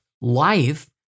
Life